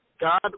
God